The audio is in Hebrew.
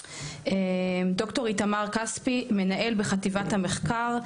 ד"ר איתמר כספי מנהל ביחידת המחקר,